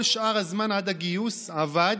כל שאר הזמן עד הגיוס הוא עבד,